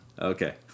okay